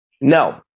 No